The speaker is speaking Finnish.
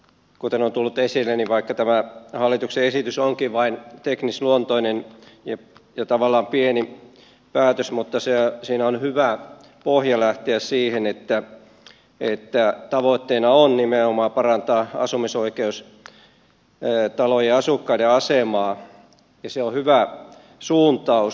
kuten on tullut esille niin vaikka tämä hallituksen esitys onkin vain teknisluontoinen ja tavallaan pieni päätös siinä on hyvä pohja lähteä siihen että tavoitteena on nimenomaan parantaa asumisoikeustalojen asukkaiden asemaa ja se on hyvä suuntaus